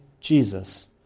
Jesus